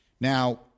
Now